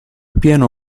pieno